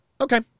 Okay